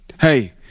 hey